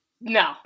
No